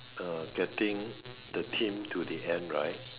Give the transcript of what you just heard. uh getting the team to the end right